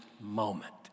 moment